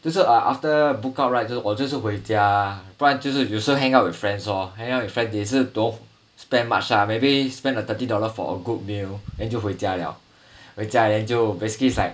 就是 err after book out right 我就是回家不然就是有时候 hang out with friends lor hang out with friends 也是 don't spend much ah maybe spend a thirty dollar for a good meal then 就回家了回家 then 就 basically is like